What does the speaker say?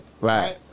Right